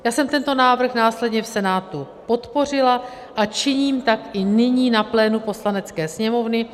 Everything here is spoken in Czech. Já jsem tento návrh následně v Senátu podpořila a činím tak i nyní na plénu Poslanecké sněmovny.